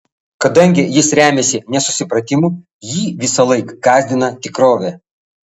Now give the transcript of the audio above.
kadangi jis remiasi nesusipratimu jį visąlaik gąsdina tikrovė